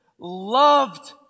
Loved